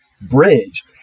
bridge